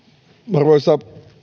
arvoisa